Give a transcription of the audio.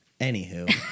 Anywho